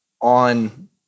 on